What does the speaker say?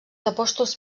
apòstols